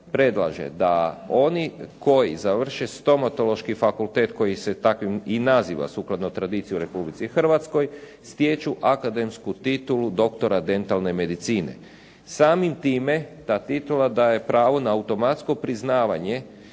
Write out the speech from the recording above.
predlaže da oni koji završe Stomatološki fakultet koji se takvim i naziva, sukladno tradiciji u Republici Hrvatskoj, stječu akademsku titulu doktora dentalne medicine. Samim time ta titula daje pravo na automatsko priznavanje